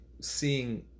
seeing